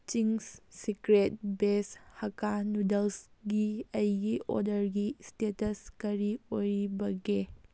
Ching's Secret ꯚꯦꯁ ꯍꯛꯀꯥ ꯅꯨꯗꯜꯁꯛꯤ ꯑꯩꯒꯤ ꯑꯣꯔꯗꯔꯒꯤ ꯏꯁꯇꯦꯇꯁ ꯀꯔꯤ ꯑꯣꯏꯔꯤꯕꯒꯦ